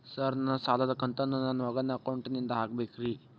Sir ನನ್ನ ಸಾಲದ ಕಂತನ್ನು ನನ್ನ ಮಗನ ಅಕೌಂಟ್ ನಿಂದ ಹಾಕಬೇಕ್ರಿ?